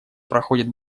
проходит